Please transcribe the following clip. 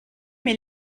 mais